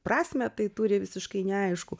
prasmę tai turi visiškai neaišku